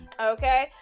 okay